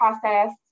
process